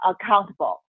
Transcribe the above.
accountable